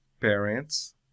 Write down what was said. parents